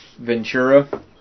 Ventura